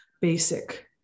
basic